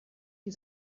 die